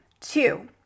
Two